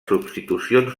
substitucions